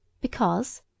Because